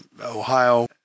Ohio